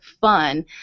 fun